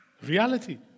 Reality